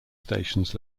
stations